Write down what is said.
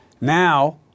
Now